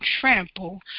trample